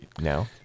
no